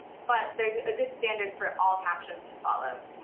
but they're a good standard for all captions to follow.